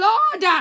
Lord